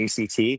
ACT